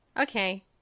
okay